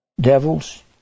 devils